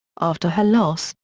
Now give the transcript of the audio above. after her loss,